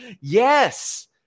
Yes